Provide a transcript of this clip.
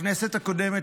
בכנסת הקודמת,